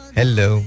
hello